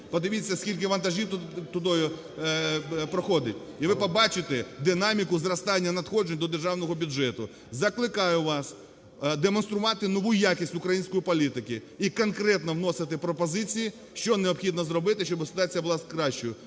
подивіться ,скільки вантажів тудою проходить, і ви побачите динаміку зростання надходжень до державного бюджету. Закликаю вас демонструвати нову якість української політики і конкретно вносити пропозиції, що необхідно зробити, щоб ситуація була кращою.